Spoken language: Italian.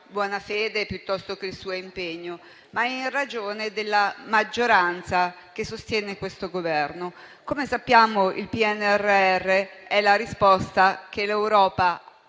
buona fede o il suo impegno, ma in ragione della maggioranza che sostiene questo Governo. Come sappiamo, il PNRR è la risposta che l'Europa